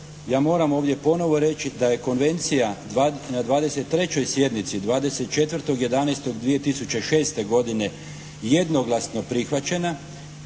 Ja moram ovdje ponovo reći da je konvencija na 23. sjednici 24.11.2006. godine jednoglasno prihvaćena